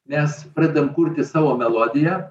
mes pradedam kurti savo melodiją